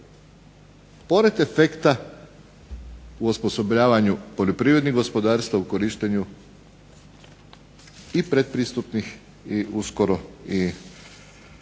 Pored efekta u osposobljavanju poljoprivrednih gospodarstava u korištenju i pretpristupnih i uskoro i strukturnih